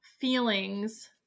feelings